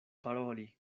paroli